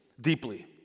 deeply